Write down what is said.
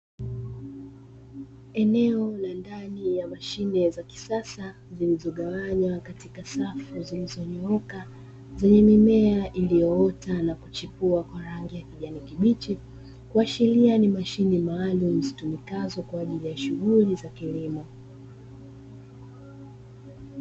Eneo la ndani ya mashine za kisasa zilizogawanywa katika safu zilizonyooka zenye mimea iliyoota na kuchipua kwa rangi ya kijani kibichi, kuashiria ni mashine maalumu zitumikazo kwa ajili ya shughuli za kilimo.